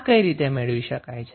આ કઈ રીતે મેળવી શકાય